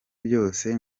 byose